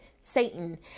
Satan